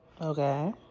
okay